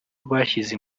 rwashyize